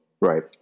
Right